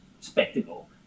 spectacle